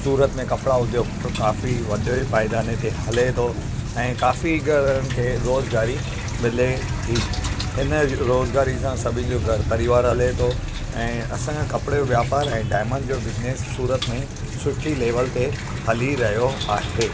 सूरत में कपिड़ा उद्दयोग काफ़ी वधियल पाए दाने ते हले थो ऐं काफ़ी घर में इहा रोज़गारी मिले थी हिन रोज़गारी सां सभिनी जो घर परिवार हले थो ऐं असां कपिड़े जो वापार ऐं डायमंड जो बिज़नेस सूरत में सुठी लेवल ते हली रहियो आहे